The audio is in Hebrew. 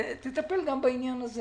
תטפל גם בעניין הזה